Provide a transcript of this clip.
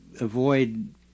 avoid